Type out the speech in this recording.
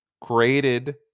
created